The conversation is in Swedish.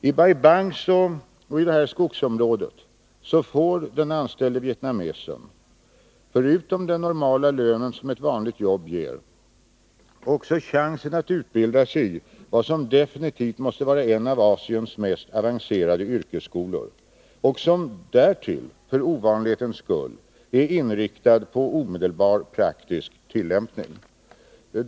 I Bai Bang och detta skogsområde får den anställde vietnamesen förutom den normala lönen som ett vanligt jobb ger också chansen att utbilda sig vid vad som definitivt måste vara en av Asiens mest avancerade yrkesskolor, som därtill för ovanlighetens skull är inriktad på omedelbar praktisk tillämpning.